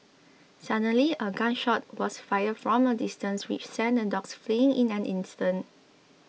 suddenly a gun shot was fired from a distance which sent the dogs fleeing in an instant